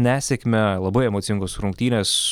nesėkmę labai emocingos rungtynės